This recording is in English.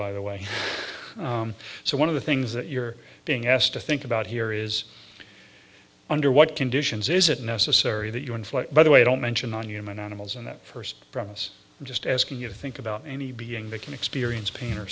by the way so one of the things that you're being asked to think about here is under what conditions is it necessary that you inflict by the way don't mention on human animals and that first promise just asking you to think about any being that can experience pain